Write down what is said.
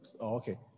okay